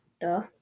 Duh